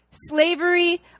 Slavery